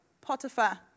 Potiphar